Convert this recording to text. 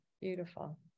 Beautiful